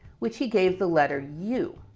which he gave the letter u.